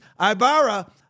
Ibarra